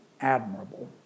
admirable